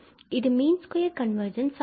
இது mean square convergence ஆகும்